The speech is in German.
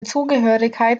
zugehörigkeit